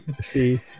See